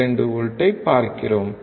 2 வோல்ட்ஐ பார்க்கிறோம்